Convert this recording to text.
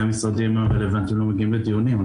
המשרדים הרלוונטיים לא מגיעים לדיונים.